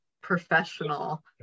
professional